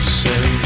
say